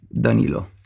Danilo